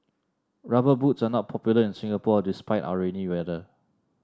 rubber boots are not popular in Singapore despite our rainy weather